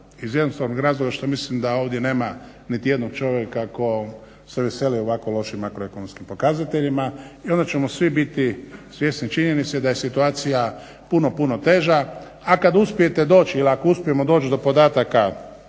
iz jednostavnog razloga što ovdje nema niti jednog čovjeka tko se veseli ovako lošim makroekonomskim pokazateljima i onda ćemo svi biti svjesni činjenice da je situacija puno, puno teža. A kada uspijemo doći do podataka